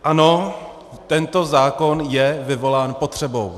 Ano, tento zákon je vyvolán potřebou.